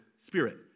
spirit